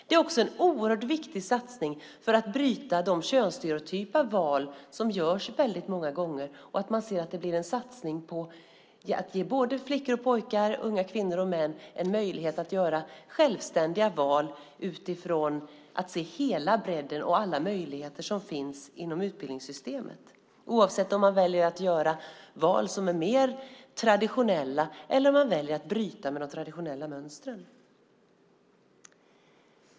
Det är också en oerhört viktig satsning för att bryta de könsstereotypa val som görs väldigt många gånger. Det blir en satsning på att ge både flickor och pojkar, både unga kvinnor och män möjlighet att göra självständiga val och se hela bredden och alla möjligheter som finns inom utbildningssystemen, oavsett om man väljer att göra val som är mer traditionella eller väljer att bryta med de traditionella mönstren.